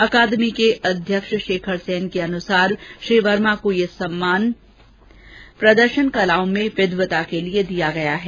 अकादमी के अध्यक्ष शेखर सेन के अनुसार श्री वर्मा को यह सम्मान प्रदर्शन कलाओं में विद्वत्ता के लिए दिया गया है